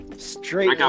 straight